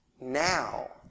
now